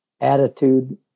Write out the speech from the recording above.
attitude